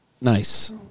Nice